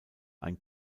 ein